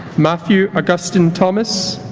mathew augustine thomas